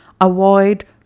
avoid